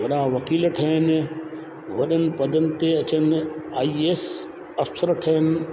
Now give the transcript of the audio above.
वॾा वकील ठहनि वॾनि पदनि ते अचनि आई एस अफसर ठहनि